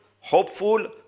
hopeful